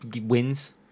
wins